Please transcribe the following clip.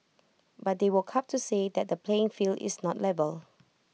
but they woke up to say that the playing field is not level